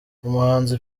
umuhanzi